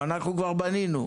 אותנו, אנחנו כבר בנינו.